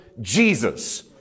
Jesus